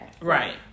Right